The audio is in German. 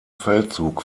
feldzug